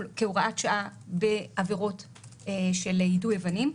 כהוראת שעה בעבירות של יידוי אבנים.